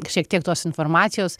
šiek tiek tos informacijos